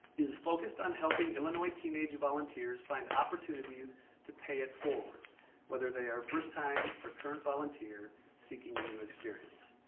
is focused on helping illinois teenage volunteers volunteers find opportunities to pay it forward whether they are first time or current volunteers seeking a new experience.